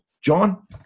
John